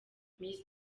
miss